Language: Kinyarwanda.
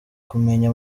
kumenya